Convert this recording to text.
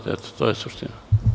To je suština.